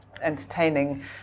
entertaining